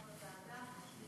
שהיא